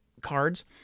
cards